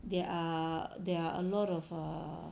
there are there are a lot of err